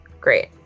Great